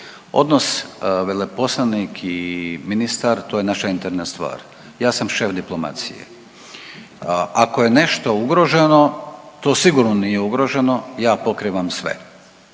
Odnos veleposlanik i ministar to je naša interna stvar. Ja sam šef diplomacije. Ako je nešto ugroženo to sigurno nije ugroženo ja pokrivam sve,